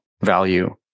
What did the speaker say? value